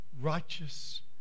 Righteous